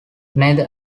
neither